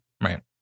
Right